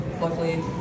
Luckily